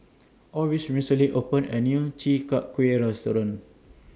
Oris recently opened A New Chi Kak Kuih Restaurant